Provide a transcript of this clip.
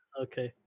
Okay